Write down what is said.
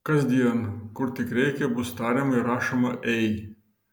kasdien kur tik reikia bus tariama ir rašoma ei